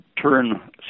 turn